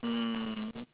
mm